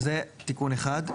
זה תיקון אחד.